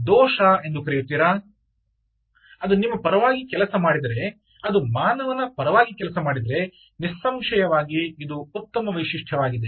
ಆದ್ದರಿಂದ ಅದು ನಿಮ್ಮ ಪರವಾಗಿ ಕೆಲಸ ಮಾಡಿದರೆ ಅದು ಮಾನವನ ಪರವಾಗಿ ಕೆಲಸ ಮಾಡಿದರೆ ನಿಸ್ಸಂಶಯವಾಗಿ ಇದು ಉತ್ತಮ ವೈಶಿಷ್ಟ್ಯವಾಗಿದೆ